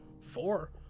Four